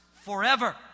forever